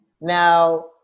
Now